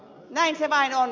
näin se vain on